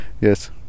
yes